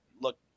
Look